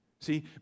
See